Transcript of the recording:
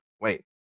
Wait